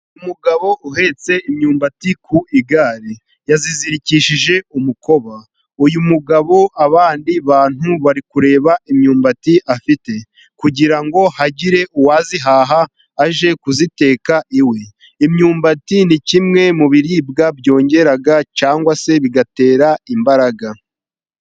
Umugabo uhetse imyumbati ku igare, yayizirikishije umukoba Uyu mugabo abandi bantu bari kureba imyumbati afite kugira ngo hagire uwayihaha ajye kuyiteka iwe. Imyumbati ni kimwe mu biribwa byongera cyangwa se bigatera imbaraga.